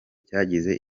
cyagize